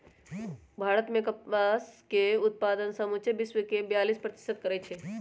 भारत मे कपास के उत्पादन समुचे विश्वके बेयालीस प्रतिशत करै छै